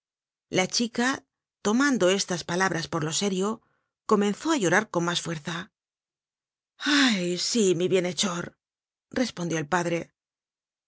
la chica tomando estas palabras por lo serio comenzó á llorar con mas fuerza ay sí mi bienhechor respondió el padre desde hacia